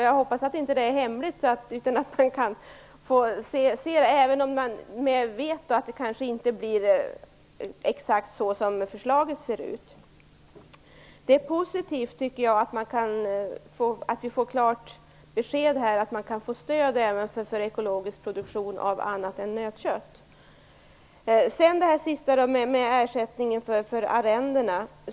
Jag hoppas att det inte är hemligt, även om jag vet att programmet kanske inte blir exakt så som förslaget ser ut. Det är positivt att vi får klart besked om att man kan få stöd även för ekologisk produktion av annat än nötkött. Till sist skall jag ta upp ersättningen för arrendatorerna.